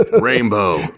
Rainbow